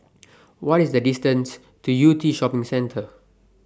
What IS The distance to Yew Tee Shopping Centre